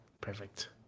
Perfect